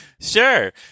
sure